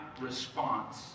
response